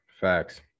facts